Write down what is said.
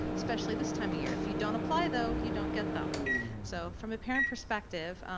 especially this time of year, if you don't apply though, you don't get them so from a parent perspective,